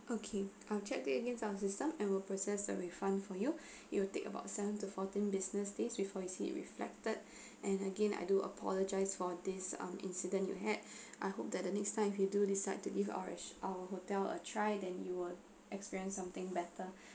okay I'll check that again in our system and will process a refund for you it'll take about seven to fourteen business days before you see it reflected and again I do apologize for this um incident you had I hope that the next time if you do decide to give our our hotel a try then you will experience something better